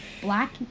black